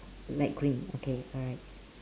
light green okay alright